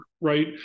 right